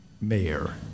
mayor